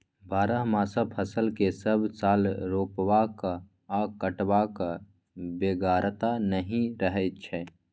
बरहमासा फसल केँ सब साल रोपबाक आ कटबाक बेगरता नहि रहै छै